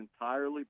entirely